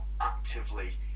actively